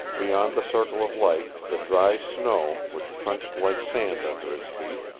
beyond the circle of light the dry snow, which crunched like sand under his feet,